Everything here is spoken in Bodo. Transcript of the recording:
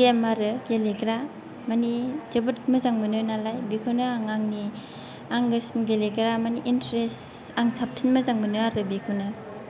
गे म आरो गेलेग्रा माने जोबोत मोजां मोनो नालाय बेखौनो आं आंनि आंगोसिन गेलेग्रा माने इन्टारेस्ट आं साबसिन मोजां मोनो आरो बेखौनो